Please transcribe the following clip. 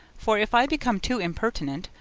for if i become too impertinent,